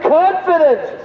confidence